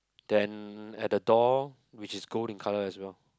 then at the door which is gold in colour as well